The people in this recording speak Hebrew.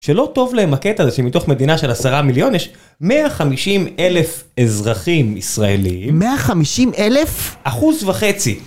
שלא טוב להם הקטע הזה, שמתוך מדינה של עשרה מיליון יש 150 אלף אזרחים ישראלים. 150 אלף? אחוז וחצי.